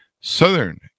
southern